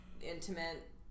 intimate